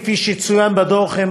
כפי שצוין בדוח,